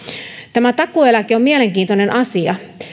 tämä takuueläke on mielenkiintoinen asia